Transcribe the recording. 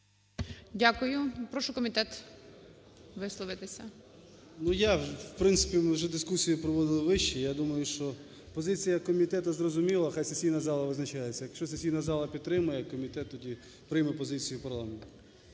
Дякую. Просимо комітет висловитися. 13:03:34 КНЯЗЕВИЧ Р.П. В принципі, ми вже дискусію проводили вище. Я думаю, що позиція комітету зрозуміла, хай сесійна зала визначається. Якщо сесійна зала підтримає, комітет тоді прийме позицію парламенту.